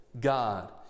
God